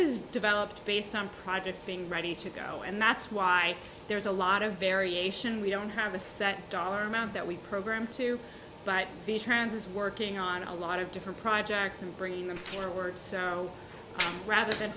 is developed based on projects being ready to go and that's why there's a lot of variation we don't have a set dollar amount that we program to but trans is working on a lot of different projects and bringing them forward rather than